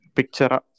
Picture